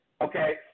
okay